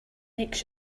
makes